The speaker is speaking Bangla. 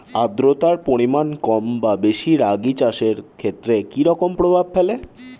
আদ্রতার পরিমাণ কম বা বেশি রাগী চাষের ক্ষেত্রে কি রকম প্রভাব ফেলে?